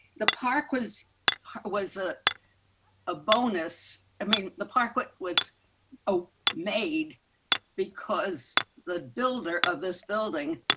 the park was was a a bonus. i mean, the park. what was made because the builder of this building.